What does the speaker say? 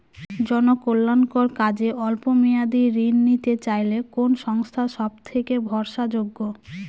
জনকল্যাণকর কাজে অল্প মেয়াদী ঋণ নিতে চাইলে কোন সংস্থা সবথেকে ভরসাযোগ্য?